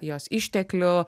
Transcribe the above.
jos išteklių